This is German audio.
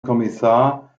kommissar